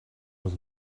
was